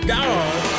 God